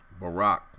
Barack